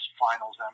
finals